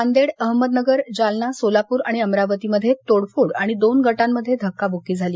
नांदेड अहमदनगर जालना सोलापूर आणि अमरावतीमध्ये तोडफोड आणि दोन गटांमध्ये धक्काब्क्की झाली